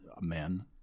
men